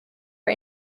are